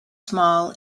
small